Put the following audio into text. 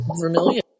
Vermilion